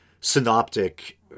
synoptic